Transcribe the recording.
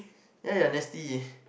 ya ya nasty